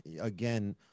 again